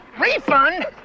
Refund